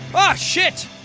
but shit.